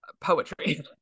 poetry